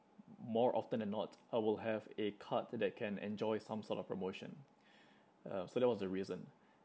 more often than not I will have a card that can enjoy some sort of promotion uh so that was the reason